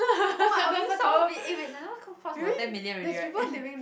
oh my I'll use some of it oh wait Sentosa Cove cost about ten million already right